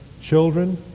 Children